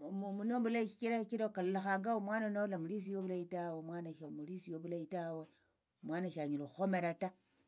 omune mulayi shichira kalolekhanga omwana nolamulisie ovulayi omwana shomulisie ovulayi tawe omwana shanyala okhukhomera ta.